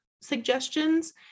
suggestions